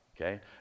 okay